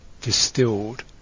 distilled